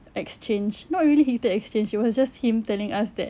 exchange not really heated exchange it was just him telling us that